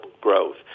growth